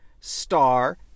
star